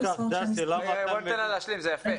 אבל למה --- בואו ניתן לה להשלים, גם